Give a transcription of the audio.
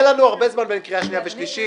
יהיה לנו הרבה זמן לקראת הקריאה השנייה והשלישית,